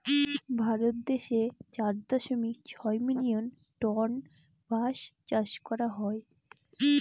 ভারত দেশে চার দশমিক ছয় মিলিয়ন টন বাঁশ চাষ করা হয়